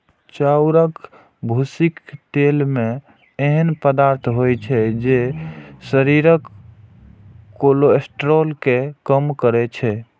चाउरक भूसीक तेल मे एहन पदार्थ होइ छै, जे शरीरक कोलेस्ट्रॉल कें कम करै छै